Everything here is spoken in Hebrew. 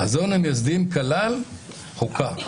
חזון המייסדים כלל חוקה.